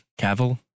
Cavill